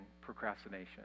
procrastination